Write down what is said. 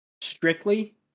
Strictly